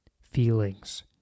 feelings